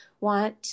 want